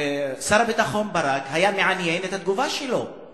היתה מעניינת התגובה של שר הביטחון ברק,